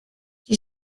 die